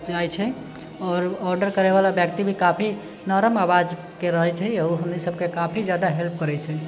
जाय छै आओर ऑर्डर करैबाला व्यक्ति भी काफी नरम आवाजके रहैत छै ओ हमनी सबके काफी जादा हेल्प करैत छै